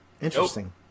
Interesting